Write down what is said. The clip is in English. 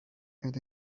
and